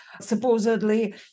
supposedly